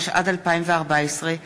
התשע"ד 2014,